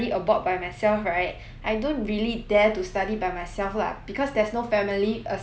I don't really dare to study by myself lah because there's no family aside like beside me what